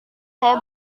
saya